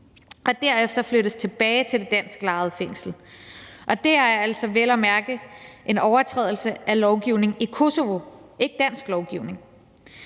og derefter flyttes tilbage til det dansklejede fængsel, og det er altså vel at mærke en overtrædelse af lovgivningen i Kosovo, ikke dansk lovgivning.